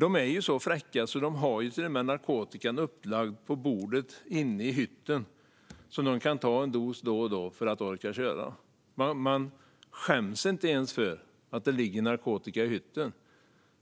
De är ju så fräcka att de till och med har narkotikan upplagd på bordet inne i hytten så att de kan ta en dos då och då för att orka köra. De skäms inte ens för att det ligger narkotika i hytten!